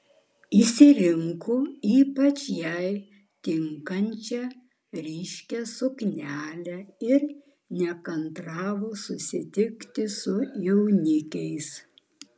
išsirinko ypač jai tinkančią ryškią suknelę ir nekantravo susitikti su jaunikiais